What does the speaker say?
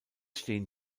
stehen